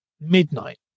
midnight